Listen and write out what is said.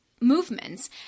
movements